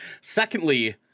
Secondly